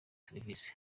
serivisi